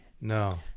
No